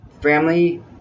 family